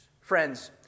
Friends